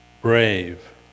brave